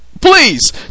Please